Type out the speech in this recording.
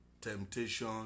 temptation